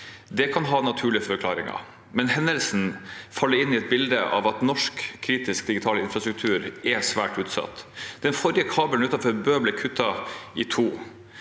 Det kan ha naturlige forklaringer, men hendelsen faller inn i et bilde av at norsk kritisk digital infrastruktur er svært utsatt. Den forrige kabelen utenfor Bø ble kuttet i to.